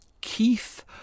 Keith